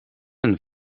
een